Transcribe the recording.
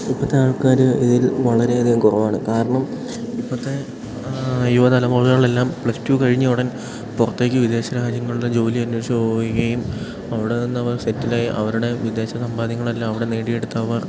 ഇപ്പോഴത്തെ ആൾക്കാർ ഇതിൽ വളരെയധികം കുറവാണ് കാരണം ഇപ്പോഴത്തെ യുവതലമുറകളെല്ലാം പ്ലസ് ടു കഴിഞ്ഞ ഉടൻ പുറത്തേക്ക് വിദേശ രാജ്യങ്ങളുടെ ജോലി അന്വേഷിച്ചു പോകുകയും അവിടെ നിന്ന് അവർ സെറ്റിലായി അവരുടെ വിദേശ സമ്പാദ്യങ്ങളെല്ലാം അവിടെ നേടിയെടുത്തവർ